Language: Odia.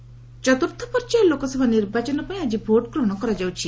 ପୋଲିଂ ଚତୁର୍ଥ ପର୍ଯ୍ୟାୟ ଲୋକସଭା ନିର୍ବାଚନ ପାଇଁ ଆଜି ଭୋଟ୍ ଗ୍ରହଣ କରାଯାଉଛି